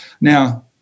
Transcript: Now